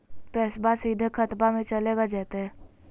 पैसाबा सीधे खतबा मे चलेगा जयते?